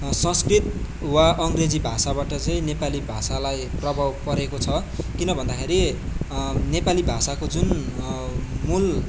संस्कृत वा अङ्ग्रेजी भाषाबाट चाहिँ नेपाली भाषालाई प्रभाव परेको छ किनभन्दाखेरि नेपाली भाषाको जुन मूल